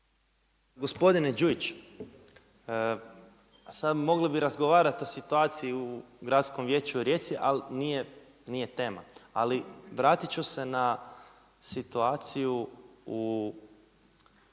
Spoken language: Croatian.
Gospodine Đujić, sada mogli bi razgovarati o situaciji u Gradskom vijeću u Rijeci ali nije tema. Ali vratit ću se na situaciju vezano